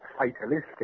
fatalistic